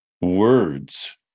words